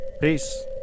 Peace